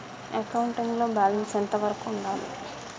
Accounting లో balance ఎంత వరకు ఉండాలి?